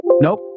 nope